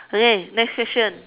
okay next question